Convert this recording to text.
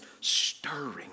stirring